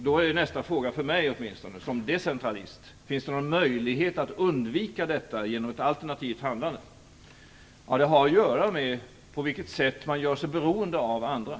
Då är nästa fråga för mig som decentralist om det finns någon möjlighet att undvika detta genom ett alternativt handlande. Det har att göra med på vilket sätt man gör sig beroende av andra.